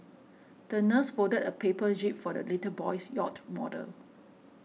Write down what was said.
the nurse folded a paper jib for the little boy's yacht model